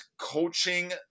coaching